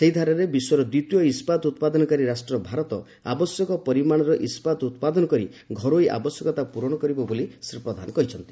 ସେହି ଧାରାରେ ବିଶ୍ୱର ଦ୍ୱିତୀୟ ଇସ୍କାତ ଉତ୍ପାଦନକାରୀ ରାଷ୍ଟ୍ର ଭାରତ ଆବଶ୍ୟକ ପରିମାଣର ଇସ୍କାତ ଉତ୍ପାଦନ କରି ଘରୋଇ ଆବଶ୍ୟକତା ପୂରଣ କରିବା ବୋଲି ଶ୍ରୀ ପ୍ରଧାନ କହିଚ୍ଛନ୍ତି